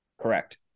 Correct